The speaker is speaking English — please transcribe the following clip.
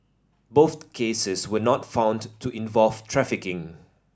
both cases were not found to involve trafficking